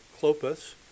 Clopas